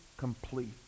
complete